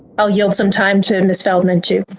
i'll yield some time to ms. feldman too.